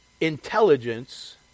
intelligence